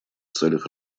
целях